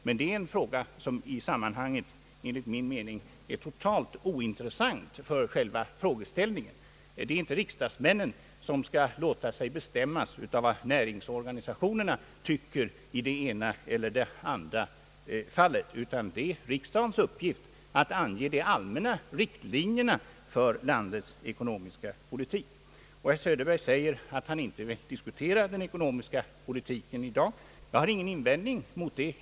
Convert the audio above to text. Detta är dock en fråga som i sammanhanget enligt min mening är totalt ointressant för själva frågeställningen. Det är inte riksdagsmännen, som skall låta sig bestämmas av vad näringsorganisationerna tycker i det ena eller andra fallet, utan riksdagens uppgift är att ange de allmänna riktlinjerna för landets ekonomiska politik. Herr Söderberg säger, att han inte vill diskutera den ekonomiska politiken i dag. Jag har ingen invändning mot det.